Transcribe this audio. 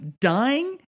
dying